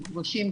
מגורשים,